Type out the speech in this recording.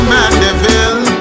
Mandeville